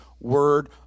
word